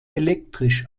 elektrisch